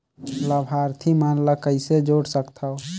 लाभार्थी मन ल कइसे जोड़ सकथव?